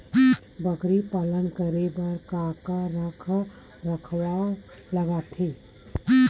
बकरी पालन करे बर काका रख रखाव लगथे?